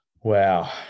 Wow